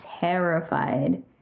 terrified